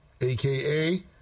aka